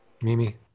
Mimi